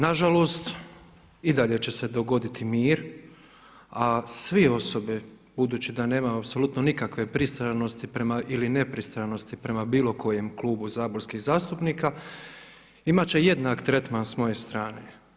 Na žalost i dalje će se dogoditi mir, a svi osobe budući da nema apsolutno nikakve pristranosti ili nepristranosti prema bilo kojem klubu saborskih zastupnika imat će jednak tretman s moje strane.